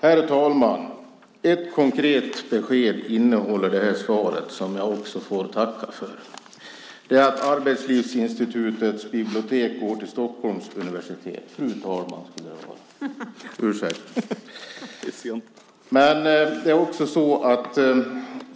Fru talman! Ett konkret besked innehåller det här svaret, som jag också får tacka för. Det är att Arbetslivsinstitutets bibliotek går till Stockholms universitet.